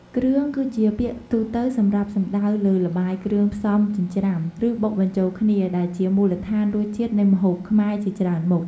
គ្រឿង គឺជាពាក្យទូទៅសម្រាប់សំដៅលើ ល្បាយគ្រឿងផ្សំចិញ្ច្រាំ ឬបុកបញ្ចូលគ្នា ដែលជាមូលដ្ឋានរសជាតិនៃម្ហូបខ្មែរជាច្រើនមុខ។